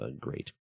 great